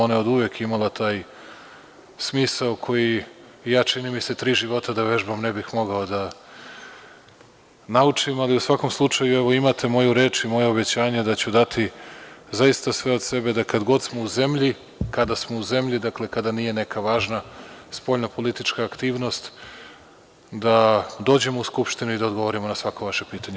Ona je oduvek imala taj smisao koji ja čini mi se tri života da vežbam ne bih mogao da naučim, ali u svakom slučaju imate moju reč i moje obećanje da ću dati zaista sve od sebe da kada god smo u zemlji, kada nije neka važna spoljno-politička aktivnost, da dođemo u Skupštinu i da odgovorimo na svako vaše pitanje.